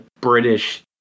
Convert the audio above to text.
British